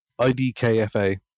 idkfa